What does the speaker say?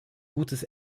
gutes